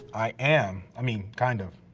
i am, i mean, kind of.